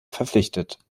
verpflichtet